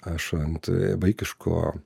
aš ant vaikiško